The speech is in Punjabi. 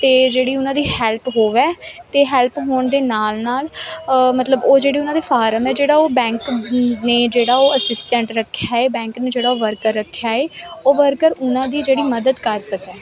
ਅਤੇ ਜਿਹੜੀ ਉਹਨਾਂ ਦੀ ਹੈਲਪ ਹੋਵੈ ਅਤੇ ਹੈਲਪ ਹੋਣ ਦੇ ਨਾਲ ਨਾਲ ਮਤਲਬ ਉਹ ਜਿਹੜੇ ਉਹਨਾਂ ਦੇ ਫਾਰਮ ਆ ਜਿਹੜਾ ਉਹ ਬੈਂਕ ਨੇ ਜਿਹੜਾ ਉਹ ਅਸਿਸਟੈਂਟ ਰੱਖਿਆ ਏ ਬੈਂਕ ਨੇ ਜਿਹੜਾ ਉਹ ਵਰਕਰ ਰੱਖਿਆ ਏ ਉਹ ਵਰਕਰ ਉਹਨਾਂ ਦੀ ਜਿਹੜੀ ਮਦਦ ਕਰ ਸਕੇ